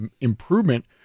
improvement